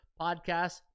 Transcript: podcast